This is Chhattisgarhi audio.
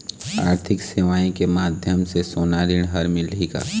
आरथिक सेवाएँ के माध्यम से सोना ऋण हर मिलही का?